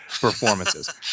performances